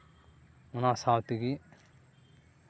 ᱚᱱᱟ ᱥᱟᱶ ᱛᱮᱜᱮ